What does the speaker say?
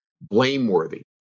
blameworthy